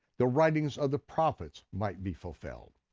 the writings of the prophets might be fulfilled.